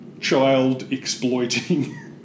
child-exploiting